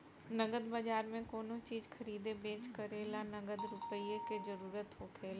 नगद बाजार में कोनो चीज खरीदे बेच करे ला नगद रुपईए के जरूरत होखेला